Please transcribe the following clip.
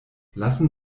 lassen